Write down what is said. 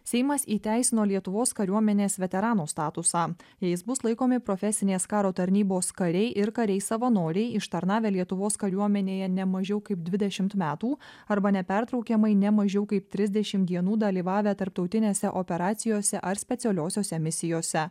seimas įteisino lietuvos kariuomenės veterano statusą jais bus laikomi profesinės karo tarnybos kariai ir kariai savanoriai ištarnavę lietuvos kariuomenėje ne mažiau kaip dvidešim metų arba nepertraukiamai ne mažiau kaip trisdešim dienų dalyvavę tarptautinėse operacijose ar specialiosiose misijose